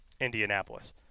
Indianapolis